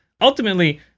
ultimately